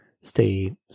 stay